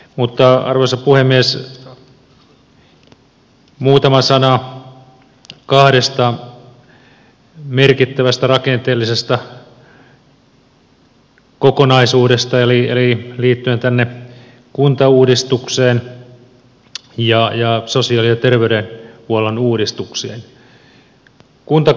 mutta arvoisa puhemies muutama sana kahdesta merkittävästä rakenteellisesta kokonaisuudesta eli liittyen kuntauudistukseen ja sosiaali ja terveydenhuollon uudistukseen